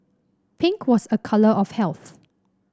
pink was a colour of health